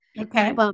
Okay